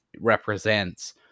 represents